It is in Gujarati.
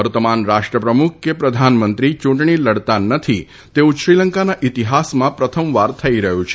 વર્તમાન રાષ્ટ્રપ્રમુખ કે પ્રધાનમંત્રી ચૂંટણી લડતાં નથી તેવું શ્રીલંકાના ઇતિહાસમાં પ્રથમવાર થઇ રહ્યું છે